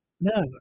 No